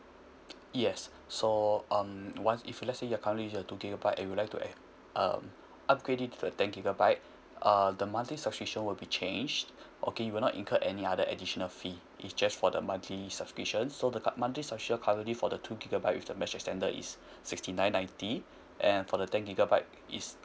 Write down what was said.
yes so um once if you let's say your currently your two gigabyte and you'll like to ad~ um upgrade it to the ten gigabyte uh the monthly subscription will be changed okay you will not incur any other additional fee it's just for the monthly subscription so the cu~ monthly subscription currently for the two gigabyte with the mesh extender is sixty nine ninety and for the ten gigabyte is